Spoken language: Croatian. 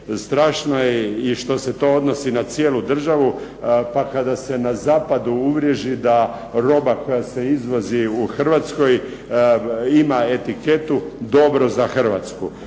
Strašno je i što se to odnosi na cijelu državu, pa kada se na zapadu uvriježi da roba koja se izvozi u Hrvatskoj ima etiketu "dobro za Hrvatsku".